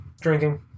drinking